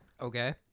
Okay